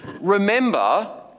Remember